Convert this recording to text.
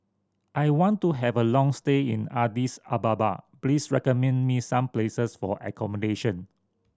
I want to have a long stay in Addis Ababa please recommend me some places for accommodation